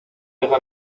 deja